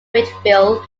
whitfield